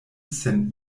sen